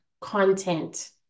content